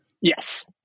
Yes